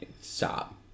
Stop